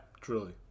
truly